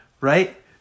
right